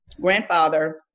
grandfather